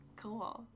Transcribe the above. cool